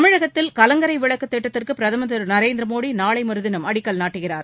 தமிழகத்தில் கலங்கரை விளக்கு திட்டத்திற்கு பிரதமர் திரு நநேர்திர மோடி நாளை மறுதினம் அடக்கல் நாட்டுகிறார்